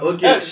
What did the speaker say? Okay